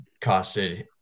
costed